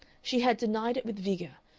she had denied it with vigor,